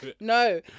No